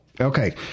Okay